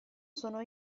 sono